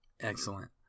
Excellent